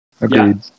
Agreed